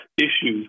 issues